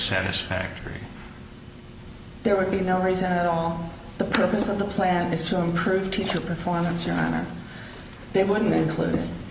satisfactory there would be no reason at all the purpose of the plan is to improve teacher performance your honor they wouldn't include